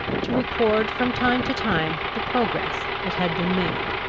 to record from time to time the progress that had been made.